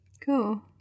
Cool